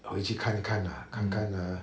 回去看一看 lah 看看 uh